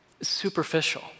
superficial